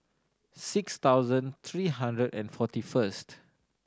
six thousand three hundred and forty first